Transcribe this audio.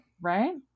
Right